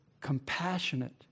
compassionate